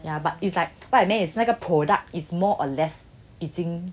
ya but it's like what I meant it's like 那个 product is more or less 已经